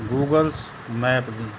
Google's map the